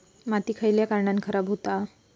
माती खयल्या कारणान खराब हुता?